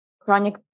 chronic